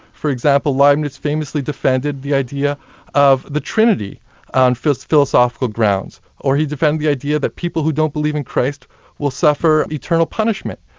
for example, leibniz famously defended the idea of the trinity on philosophical grounds. or he defended the idea that people who don't believe in christ will suffer eternal punishment.